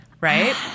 Right